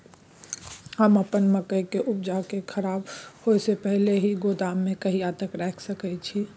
हम अपन मकई के उपजा के खराब होय से पहिले ही गोदाम में कहिया तक रख सके छी?